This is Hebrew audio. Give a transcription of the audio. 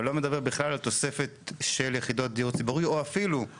אבל לא מדבר בכלל על תוספת של יחידות דיור או אפילו בנייה